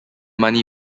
money